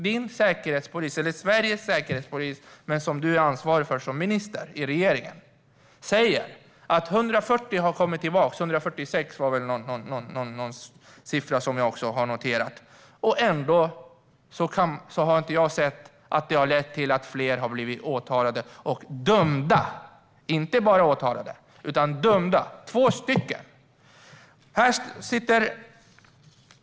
Hur kommer det sig att Sveriges säkerhetspolis, som du är ansvarig för som minister i regeringen, säger att 146 har kommit tillbaka och det ändå inte lett till att fler har blivit både åtalade och dömda? Två stycken!